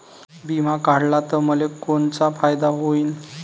बिमा काढला त मले कोनचा फायदा होईन?